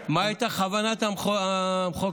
מה הייתה כוונת המחוקק.